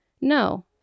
No